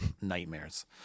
nightmares